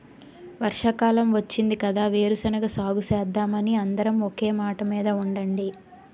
వర్షాకాలం వచ్చింది కదా వేరుశెనగ సాగుసేద్దామని అందరం ఒకే మాటమీద ఉండండి